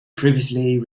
previously